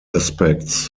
aspects